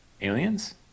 Aliens